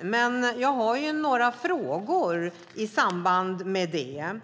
men jag har några frågor i samband med detta.